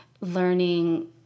learning